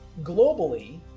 Globally